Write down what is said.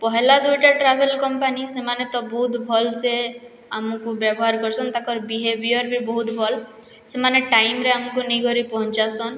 ପହେଲା ଦୁଇଟା travel company ସେମାନେ ତ ବହୁତ୍ ଭଲ୍ସେ ଆମ୍କୁ ବ୍ୟବହାର୍ କର୍ସନ୍ ତାଙ୍କର୍ ବିହେବିଅର୍ ବି ବହୁତ୍ ଭଲ୍ ସେମାନେ ଟାଇମ୍ରେ ଆମ୍କୁ ନେଇକରି ପହଞ୍ଚାସନ୍